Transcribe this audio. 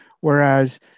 whereas